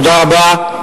תודה רבה.